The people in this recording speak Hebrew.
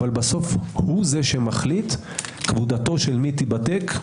אך בסוף הוא זה שמחליט כבודתו של מי תיבדק,